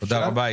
תודה.